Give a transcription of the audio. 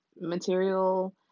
material